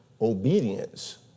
obedience